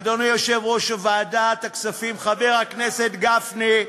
אדוני יושב-ראש ועדת הכספים חבר הכנסת גפני,